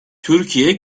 türkiye